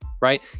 right